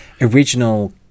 original